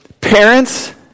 Parents